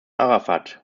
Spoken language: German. arafat